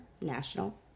National